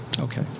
Okay